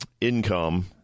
income